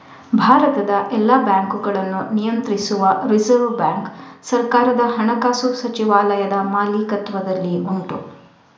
ಭಾರತದ ಎಲ್ಲ ಬ್ಯಾಂಕುಗಳನ್ನ ನಿಯಂತ್ರಿಸುವ ರಿಸರ್ವ್ ಬ್ಯಾಂಕು ಸರ್ಕಾರದ ಹಣಕಾಸು ಸಚಿವಾಲಯದ ಮಾಲೀಕತ್ವದಲ್ಲಿ ಉಂಟು